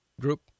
group